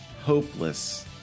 hopeless